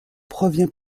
provient